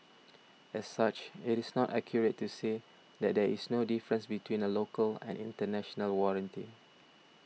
as such it is not accurate to say that there is no difference between a local and international warranty